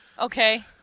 Okay